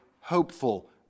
hopeful